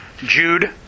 Jude